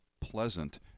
pleasant